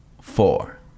four